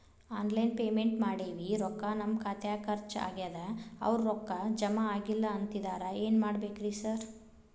Online payment ಮಾಡೇವಿ ರೊಕ್ಕಾ ನಮ್ ಖಾತ್ಯಾಗ ಖರ್ಚ್ ಆಗ್ಯಾದ ಅವ್ರ್ ರೊಕ್ಕ ಜಮಾ ಆಗಿಲ್ಲ ಅಂತಿದ್ದಾರ ಏನ್ ಮಾಡ್ಬೇಕ್ರಿ ಸರ್?